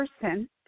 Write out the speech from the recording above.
person